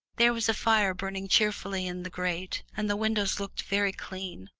there was a fire burning cheerfully in the grate and the windows looked very clean,